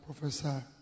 Professor